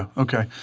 ok.